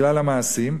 בגלל המעשים,